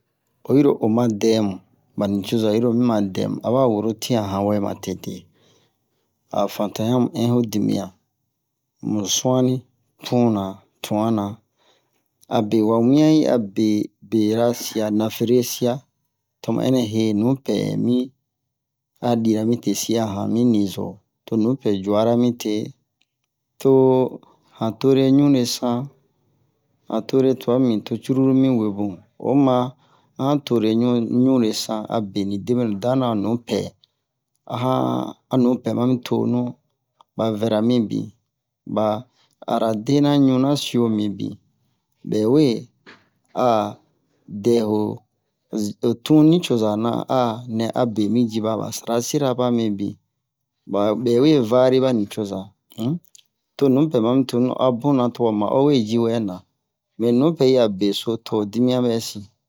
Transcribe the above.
Oyi ro oma dɛmu ba nicoza yiro mima dɛmu a ba woro tiyan han wɛ ma tete a fantayamu in ho dimiyan mu su'ani puna tu'ana abe wa wiyan yi abe bera siya tomu ɛnɛ he nupɛ mi a bira mite siya a hanmi nizo to nupɛ ju'ara mite to han tore ɲure san han tore twa mibin cururu mi we bun oma a han tore ɲure san abe ni debenu dana nupɛ a han a nupɛ ma mi tonu ba vɛra mibin ba aradena-ɲunasiyo mibin bɛwe a dɛ ho ho tun nicoza na anɛ a be mi jiba ba sarasira ba mibin ba bɛ we vari ba nicoza um to nupɛ mami tonu a buna to wa ma'o we jiwɛ na mɛ nupɛ yi a beso to ho dimiyan bɛ sin